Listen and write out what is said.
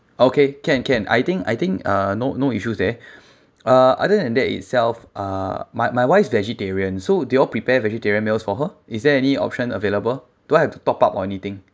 okay can can I think I think uh no no issues there uh other than that itself uh my my wife's vegetarian so do you all prepare vegetarian meals for her is there any option available do I have to top up or anything